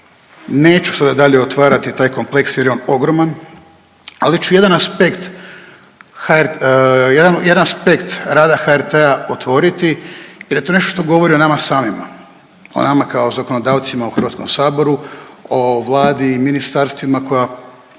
Neću sada dalje otvarati taj kompleks jer je on ogroman, ali ću jedan aspekt, jedan aspekt rada HRT-a otvoriti jer je to nešto što govori o nama samima, o nama kao zakonodavcima u HS-u, o Vladi i ministarstvima koja